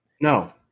No